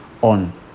on